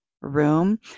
room